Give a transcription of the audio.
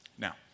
Now